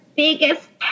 biggest